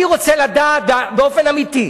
אני רוצה לדעת באופן אמיתי,